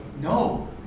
No